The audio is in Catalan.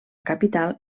capital